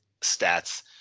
stats